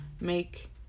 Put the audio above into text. make